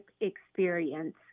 experience